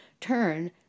turn